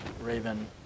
Raven